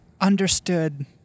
understood